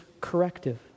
corrective